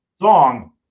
song